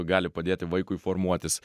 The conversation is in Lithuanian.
gali padėti vaikui formuotis